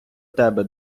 тебе